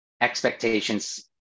expectations